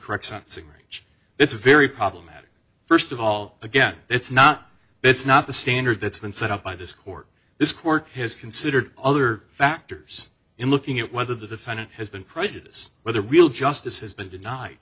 correct sentencing range it's very problematic first of all again it's not it's not the standard that's been set up by this court this court has considered other factors in looking at whether the defendant has been prejudiced whether real justice has been denied